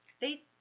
They-